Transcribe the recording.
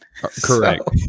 correct